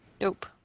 Nope